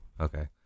Okay